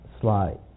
slide